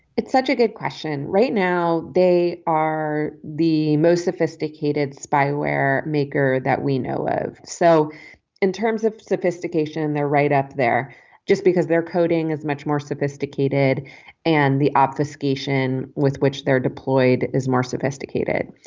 it's such a good question right now. they are the most sophisticated spyware maker that we know of. so in terms of sophistication they're right up there just because they're coding is much more sophisticated and the obfuscation with which they're deployed is more sophisticated.